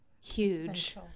huge